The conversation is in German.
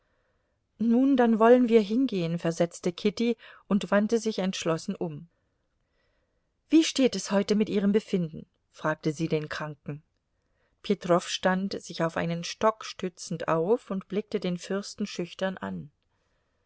nun dann wollen wir hingehen versetzte kitty und wandte sich entschlossen um wie steht es heute mit ihrem befinden fragte sie den kranken petrow stand sich auf seinen stock stützend auf und blickte den fürsten schüchtern an